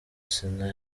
sena